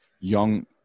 young